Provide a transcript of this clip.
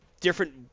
different